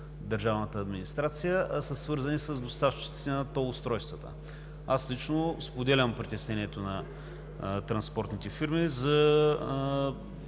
държавната администрация, а са свързани с доставчиците на тол устройствата. Аз лично споделям притеснението на транспортните фирми за